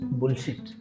bullshit